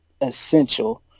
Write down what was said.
essential